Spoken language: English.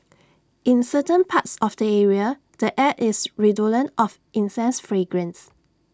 in certain parts of the area the air is redolent of incense fragrance